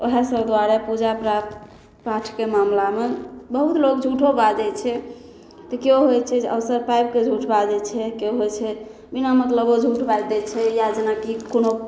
ओहिसभ दुआरे पूजा प्राथ पाठके मामिलामे बहुत लोक झूठो बाजै छै तऽ केओ होइ छै जे अवसर पाबिकऽ झूठ बाजै छै केओ होइ छै बिना मतलबो झूठ बाजि दै छै या जेनाकि कोनो